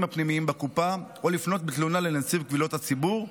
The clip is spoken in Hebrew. הפנימיים בקופה או לפנות בתלונה לנציב קבילות הציבור,